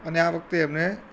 અને આ વખતે એમને